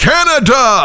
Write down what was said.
Canada